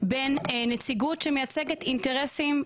בין נציגות שמייצגת אינטרסים כלכליים,